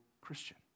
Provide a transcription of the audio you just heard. Christian